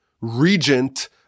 regent